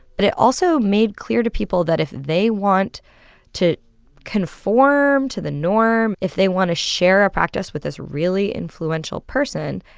but it also made clear to people that if they want to conform to the norm, if they want to share a practice with this really influential person,